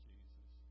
Jesus